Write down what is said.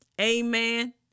Amen